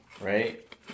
right